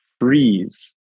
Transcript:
freeze